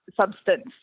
substance